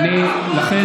מכות רצח.